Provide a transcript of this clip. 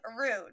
rude